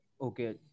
Okay